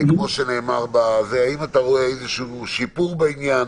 כמו שנאמר, האם אתה רואה איזשהו שיפור בעניין.